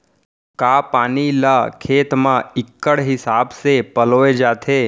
का पानी ला खेत म इक्कड़ हिसाब से पलोय जाथे?